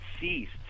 ceased